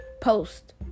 post